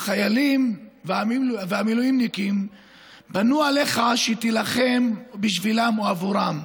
החיילים והמילואימניקים בנו עליך שתילחם בשבילם או עבורם,